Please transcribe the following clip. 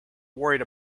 worried